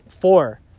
Four